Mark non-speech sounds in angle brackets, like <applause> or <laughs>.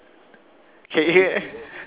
<laughs>